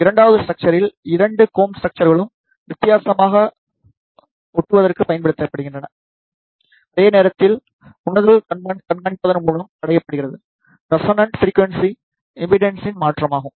இரண்டாவது ஸ்ட்ரக்ச்சரில் இரண்டு கோம்ப் ஸ்ட்ரக்ச்சர்களும் வித்தியாசமாக ஓட்டுவதற்குப் பயன்படுத்தப்படுகின்றன அதே நேரத்தில் உணர்தல் கண்காணிப்பதன் மூலம் அடையப்படுகிறது ரெசோனன்ட் ஃபிரிக்வன்சி இம்படன்ஸின் மாற்றம் ஆகும்